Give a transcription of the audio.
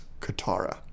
Katara